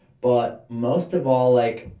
but most of all, like,